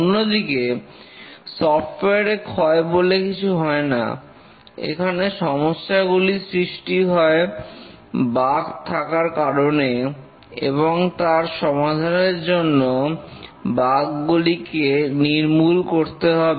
অন্যদিকে সফটওয়্যার এ ক্ষয় বলে কিছু হয় না এখানে সমস্যাগুলি সৃষ্টি হয় বাগ থাকার কারণে এবং তার সমাধানের জন্য বাগ গুলিকে নির্মূল করতে হবে